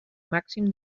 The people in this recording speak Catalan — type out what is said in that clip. màxim